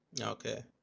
Okay